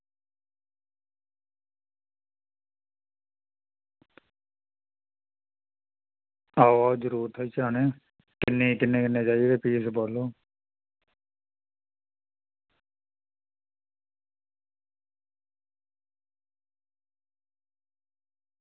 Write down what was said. आहो जरूर थ्होई जाने किन्ने किन्ने पीस चाहिदे भी बी बोल्लो